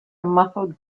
muffled